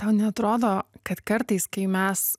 tau neatrodo kad kartais kai mes